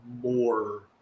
more